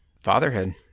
fatherhood